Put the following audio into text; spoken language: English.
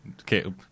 Okay